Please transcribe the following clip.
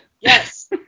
Yes